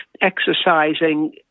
exercising